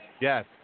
Yes